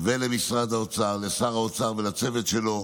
ולמשרד האוצר, לשר האוצר ולצוות שלו,